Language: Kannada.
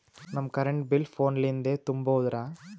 ನಮ್ ಕರೆಂಟ್ ಬಿಲ್ ಫೋನ ಲಿಂದೇ ತುಂಬೌದ್ರಾ?